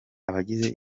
abagize